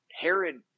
Herod